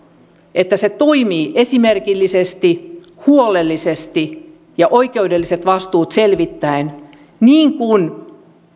että se toimii esimerkillisesti huolellisesti ja oikeudelliset vastuut selvittäen niin kuin